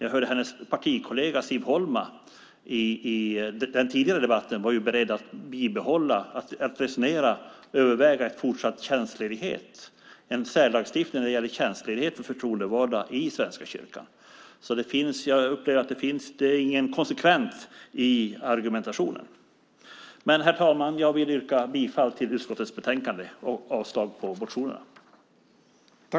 Jag hörde hennes partikollega Siv Holma i den tidigare debatten. Hon var beredd att överväga en särlagstiftning när det gäller tjänstledighet för förtroendevalda i Svenska kyrkan. Det är ingen konsekvens i argumentationen. Herr talman! Jag vill yrka bifall till förslaget i utskottets betänkande och avslag på motionerna.